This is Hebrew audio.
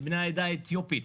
מבני העדה האתיופית,